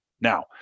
Now